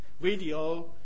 video